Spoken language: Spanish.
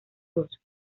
dos